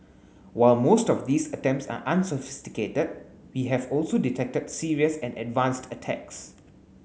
while most of these attempts are unsophisticated we have also detected serious and advanced attacks